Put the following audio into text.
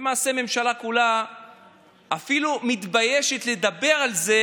ולמעשה הממשלה כולה אפילו מתביישת לדבר על זה,